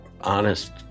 honest